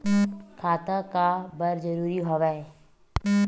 खाता का बर जरूरी हवे?